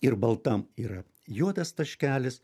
ir baltam yra juodas taškelis